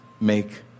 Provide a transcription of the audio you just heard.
make